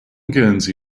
guernsey